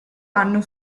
anno